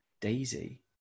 daisy